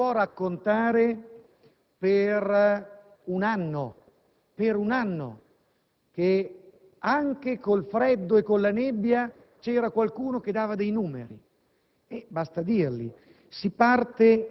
Non si può raccontare per un anno che anche con il freddo e con la nebbia c'era qualcuno che dava dei numeri.